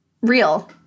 real